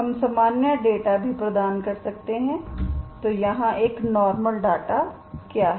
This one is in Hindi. हम सामान्य डेटा भी प्रदान कर सकते हैं तो यहाँ एक नॉर्मल डेटा क्या है